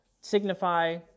signify